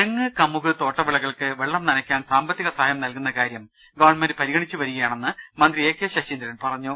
തെങ്ങ് കമുക് തോട്ടവിളകൾക്ക് വെള്ളം നനയ്ക്കാൻ സാമ്പത്തിക സഹായം നല്കുന്ന കാര്യം ഗവൺമെന്റ് പരിഗണിച്ചുവരികയാണെന്ന് മന്ത്രി എ കെ ശശീന്ദ്രൻ പറഞ്ഞു